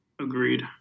Agreed